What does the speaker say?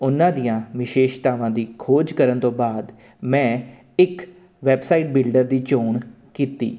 ਉਹਨਾਂ ਦੀਆਂ ਵਿਸ਼ੇਸ਼ਤਾਵਾਂ ਦੀ ਖੋਜ ਕਰਨ ਤੋਂ ਬਾਅਦ ਮੈਂ ਇੱਕ ਵੈਬਸਾਈਟ ਬਿਲਡਰ ਦੀ ਚੋਣ ਕੀਤੀ